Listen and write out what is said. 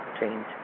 change